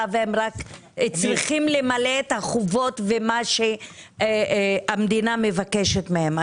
הם רק צריכים למלא את החובות ואת מה שהמדינה מבקשת מהם.